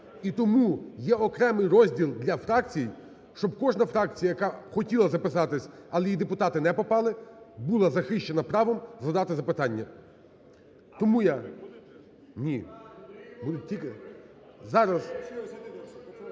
І тому є окремий розділ "для фракцій", щоб кожна фракція, яка хотіла записатись, але її депутати не попали, була захищена правом задати запитання. Тому я… (Шум у залі) Ні.